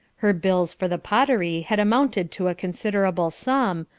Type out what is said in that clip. her bills for the pottery had amounted to a considerable sum,